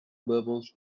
bubbles